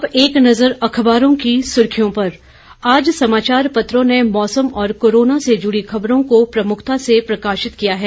अब एक नजर अखबारों की सर्खियों पर आज समाचार पत्रों ने मौसम और कोरोना से जुड़ी खबरों को प्रमुखता से प्रकाशित किया है